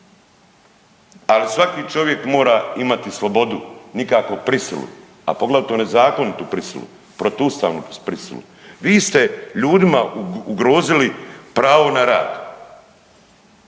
ali svaki čovjek mora imati slobodu nikako prisilu, a poglavito nezakonitu prisilu protuustavnu prisilu. Vi ste ljudima ugrozili pravo na rad